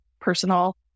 personal